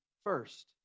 First